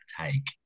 take